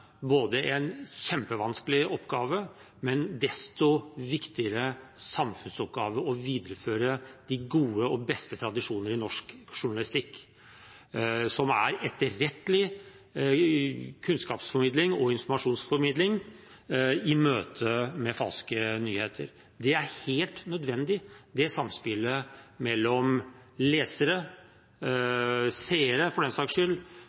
en kjempevanskelig oppgave, men desto viktigere samfunnsoppgave i å videreføre de gode og beste tradisjonene i norsk journalistikk, som er etterrettelig kunnskapsformidling og informasjonsformidling i møte med falske nyheter. Det er helt nødvendig med det samspillet mellom lesere, seere – for den saks skyld